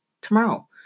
tomorrow